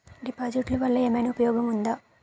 డిపాజిట్లు వల్ల ఏమైనా ఉపయోగం ఉందా?